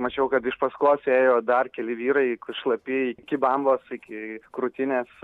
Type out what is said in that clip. mačiau kad iš paskos ėjo dar keli vyrai šlapi iki bambos iki krūtinės